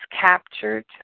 captured